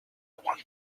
want